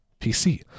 PC